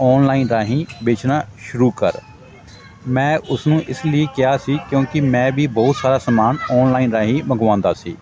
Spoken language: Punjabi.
ਔਨਲਾਈਨ ਰਾਹੀਂ ਵੇਚਣਾ ਸ਼ੁਰੂ ਕਰ ਮੈਂ ਉਸ ਨੂੰ ਇਸ ਲਈ ਕਿਹਾ ਸੀ ਕਿਉਂਕਿ ਮੈਂ ਵੀ ਬਹੁਤ ਸਾਰਾ ਸਮਾਨ ਔਨਲਾਈਨ ਰਾਹੀਂ ਮਗਵਾਉਂਦਾ ਸੀ